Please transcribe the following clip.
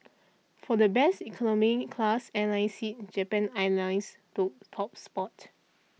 for best economy class airline seat Japan Airlines took top spot